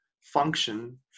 function